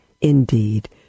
indeed